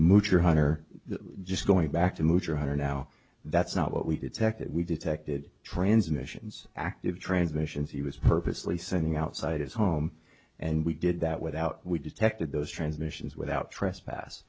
moocher hunter just going back to move your hundred now that's not what we detect that we detected transmissions active transmissions he was purposely sending outside his home and we did that without we detected those transmissions without tr